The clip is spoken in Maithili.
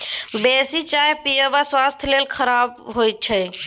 बेसी चाह पीयब स्वास्थ्य लेल खराप होइ छै